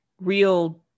real